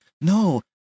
no